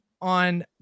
on